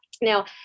Now